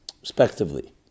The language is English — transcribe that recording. respectively